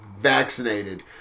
vaccinated